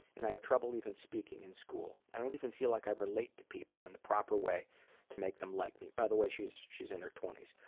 and i have trouble even speaking in school. i don't even feel like i relate to people in the proper way to make them like me. by the way, she's she's in her twenty s.